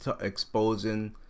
exposing